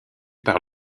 par